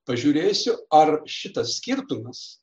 pažiūrėsiu ar šitas skirtumas